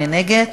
מי נגד?